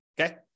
Okay